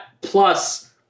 plus